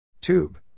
Tube